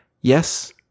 Yes